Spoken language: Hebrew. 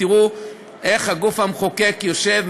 תראו איך הגוף המחוקק יושב,